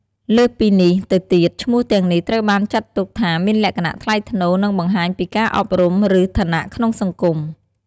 លើសពីនេះទៅទៀតឈ្មោះទាំងនេះត្រូវបានចាត់ទុកថាមានលក្ខណៈថ្លៃថ្នូរ និងបង្ហាញពីការអប់រំ ឬឋានៈក្នុងសង្គម។